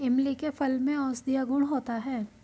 इमली के फल में औषधीय गुण होता है